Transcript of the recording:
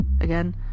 Again